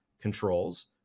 controls